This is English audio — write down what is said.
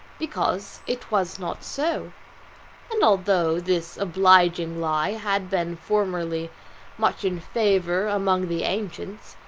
because it was not so and although this obliging lie had been formerly much in favour among the ancients,